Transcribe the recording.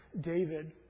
David